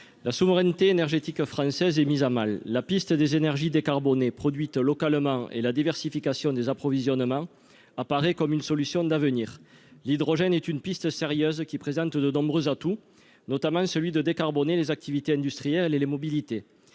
la souveraineté énergétique française est mise à mal la piste des énergies décarbonnées produites localement et la diversification des approvisionnements apparaît comme une solution d'avenir, l'hydrogène est une piste sérieuse qui présente de nombreux atouts, notamment celui de décarboner les activités industrielles et les mobilités,